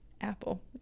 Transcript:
Apple